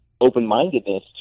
open-mindedness